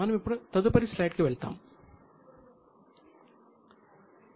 ఇప్పుడు మనం తదుపరి స్లైడ్ కు వెళ్తాము